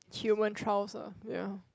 human trials ah ya